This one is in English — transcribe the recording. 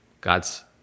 God's